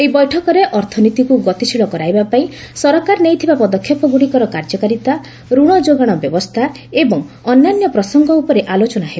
ଏହି ବୈଠକରେ ଅର୍ଥନୀତିକୁ ଗତିଶୀଳ କରାଇବାପାଇଁ ସରକାର ନେଇଥିବା ପଦକ୍ଷେପଗୁଡ଼ିକର କାର୍ଯ୍ୟକାରିତା ଋଣ ଯୋଗାଣ ବ୍ୟବସ୍ଥା ଏବଂ ଅନ୍ୟାନ୍ୟ ପ୍ରସଙ୍ଗ ଉପରେ ଆଲୋଚନା ହେବ